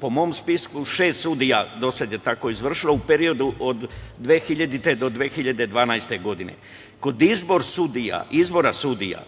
Po mom spisku, šest sudija do sada je izvršilo u periodu od 2000. do 2012. godine. Kod izbora sudija